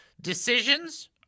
decisions